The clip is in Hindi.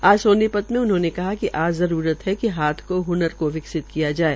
आज सोनीपत में उन्होंने कहा कि आज जरूरत है कि हाथ का हनर को विकसित किया जाये